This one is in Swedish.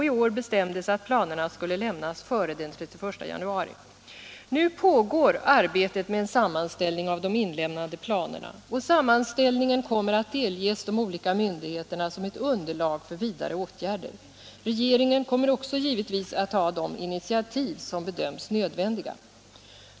I år bestämdes det att planen skulle lämnas före den 31 januari. Nu pågår arbetet med en sammanställning av de inlämnade planerna, och sammanställningen kommer att delges de olika myndigheterna som ett underlag för vidare åtgärder. Regeringen kommer givetvis också att ta de initiativ som bedöms nödvändiga.